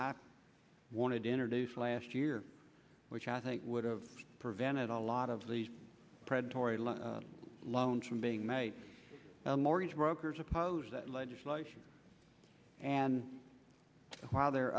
i wanted to introduce last year which i think would have prevented a lot of these predatory loan loans from being made mortgage brokers oppose that legislation and while they're